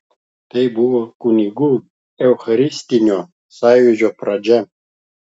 tai buvo kunigų eucharistinio sąjūdžio pradžia